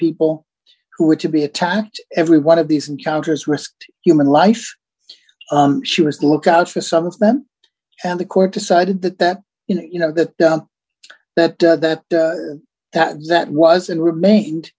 people who were to be attacked every one of these encounters risked human life she was look out for some of them and the court decided that that you know that that that that that was and remained